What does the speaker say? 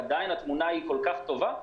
ועדיין התמונה כל כך טובה,